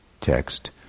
text